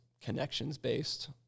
connections-based